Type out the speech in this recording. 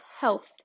health